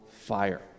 fire